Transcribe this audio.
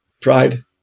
pride